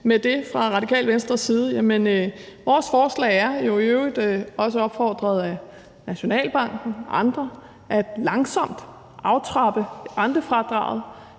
med det fra Det Radikale Venstres side. Vores forslag er, i øvrigt også opfordret af Nationalbanken og andre, langsomt at aftrappe rentefradraget,